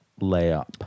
Layup